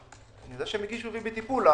אנחנו יודעים שהם בטיפול.